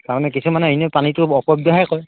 তাৰ মানে কিছুমানে এনে পানীটো অপব্যৱহাৰ কৰে